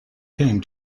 came